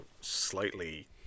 slightly